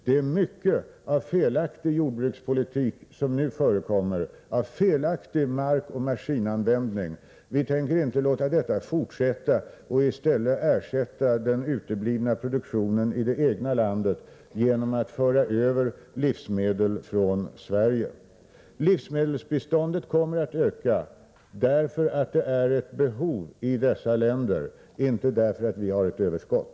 Det är mycket av felaktig jordbrukspolitik som nu förekommer, av felaktig markoch maskinanvändning. Vi tänker inte låta detta fortsätta, dvs. att ersätta den uteblivna produktionen i det egna landet genom att föra över livsmedel från Sverige. Livsmedelsbiståndet kommer att öka därför att det finns ett behov därav i de aktuella länderna, inte därför att vi har ett överskott.